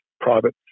private